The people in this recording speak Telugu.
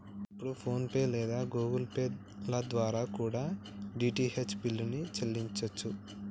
మనం ఇప్పుడు ఫోన్ పే లేదా గుగుల్ పే ల ద్వారా కూడా డీ.టీ.హెచ్ బిల్లుల్ని చెల్లించచ్చు